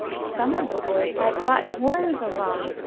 some of the boys had brought horns along,